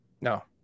No